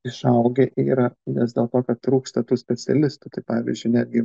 išaugę yra nes dėl to kad trūksta tų specialistų tai pavyzdžiui netgi